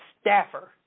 staffer